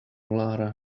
lara